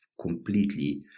completely